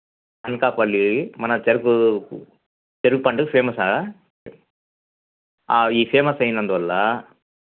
అనకాపల్లి మన చెఱకు చెఱుకు పంటకు ఫేమస్ కదా ఈ ఫేమస్ అయినందు వల్ల